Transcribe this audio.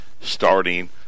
starting